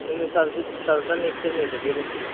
ਮੈਨੂੰ ਸਰ ਦੇ ਸਰ ਦਾ ਨੇਚਰ ਨਹੀਂ ਵਧੀਆ ਲੱਗਿਆ ਜੀ